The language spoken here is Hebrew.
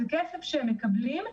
זה כסף שהם מקבלים,